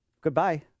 goodbye